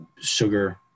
sugar